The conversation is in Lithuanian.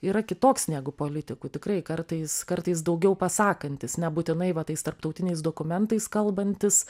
yra kitoks negu politikų tikrai kartais kartais daugiau pasakantis nebūtinai va tais tarptautiniais dokumentais kalbantis